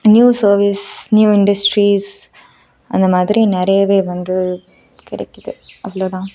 new service new industries அந்தமாதிரி நிறையவே வந்து கிடைக்கிது அவ்வளோ தான்